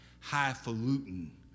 highfalutin